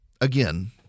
again